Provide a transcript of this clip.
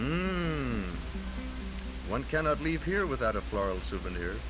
a one cannot leave here without a floral souvenir